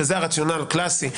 שזה הרציונל הקלסי,